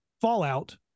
fallout